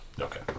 Okay